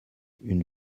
une